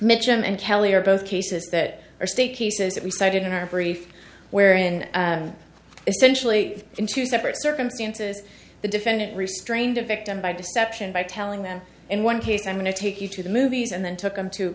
mitchum and kelly are both cases that are state cases that we cited in our brief wherein essentially in two separate circumstances the defendant restrained a victim by deception by telling them in one case i'm going to take you to the movies and then took them to